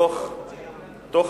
תוך